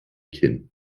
kinn